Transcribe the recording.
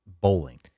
Bowling